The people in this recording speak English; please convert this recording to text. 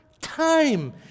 time